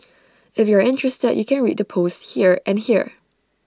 if you're interested you can read the posts here and here